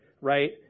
right